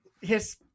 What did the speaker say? yes